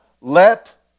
let